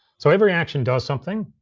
so every action does something.